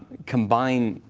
combined,